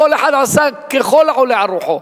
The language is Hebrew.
כל אחד עשה ככל העולה על רוחו.